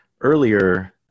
earlier